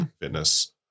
fitness